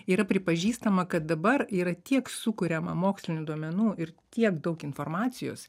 yra pripažįstama kad dabar yra tiek sukuriama mokslinių duomenų ir tiek daug informacijos